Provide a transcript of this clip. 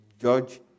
judge